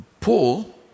Paul